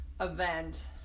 event